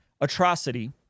atrocity